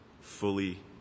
fully